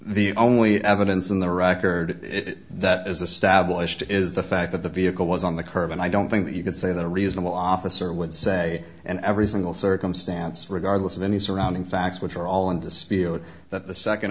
the only evidence in the record that is a stablished is the fact that the vehicle was on the curb and i don't think that you can say that a reasonable officer would say and every single circumstance regardless of any surrounding facts which are all in dispute that the